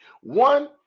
One